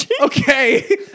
okay